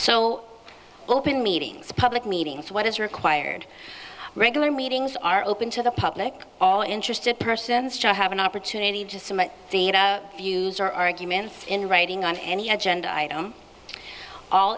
so open meetings public meetings what is required regular meetings are open to the public all interested persons to have an opportunity just some of the views or arguments in writing on any agenda item all